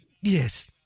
Yes